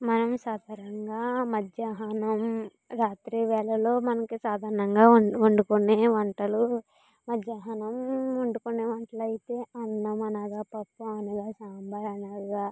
మనం సాధారణంగా మధ్యాహ్నం రాత్రి వేళలో మనకి సాధారణంగా వం వండుకునే వంటలు మధ్యాహ్నం వండుకునే వంటలు అయితే అన్నం అనగా పప్పు అనగా సాంబార్ అనగా